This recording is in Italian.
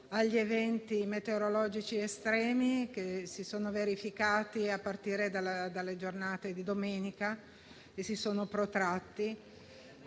agli eventi meteorologici estremi che si sono verificati a partire dalla giornata di domenica e si sono protratti